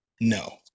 no